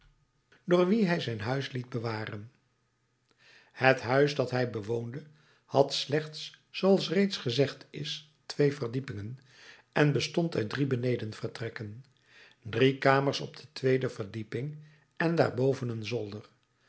door wie hij zijn huis liet bewaren het huis dat hij bewoonde had slechts zooals reeds gezegd is twee verdiepingen en bestond uit drie benedenvertrekken drie kamers op de tweede verdieping en daarboven een zolder